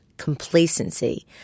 complacency